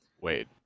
Wait